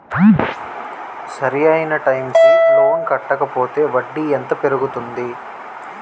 సరి అయినా టైం కి లోన్ కట్టకపోతే వడ్డీ ఎంత పెరుగుతుంది?